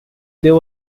there